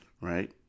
right